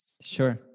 Sure